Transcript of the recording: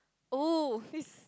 oh his